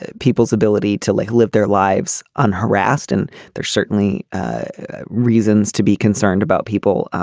ah people's ability to like live their lives on harassed and there's certainly reasons to be concerned about people